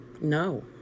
No